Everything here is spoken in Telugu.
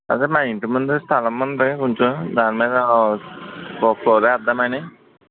అదే మా ఇంటి ముందు స్థలం ఉంది కొంచెం దాని మీద ఒక ఫ్లోర్ వేద్దామని